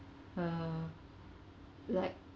uh like